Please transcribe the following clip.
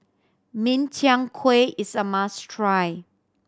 Min Chiang Kueh is a must try